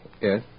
Yes